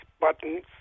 buttons